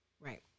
Right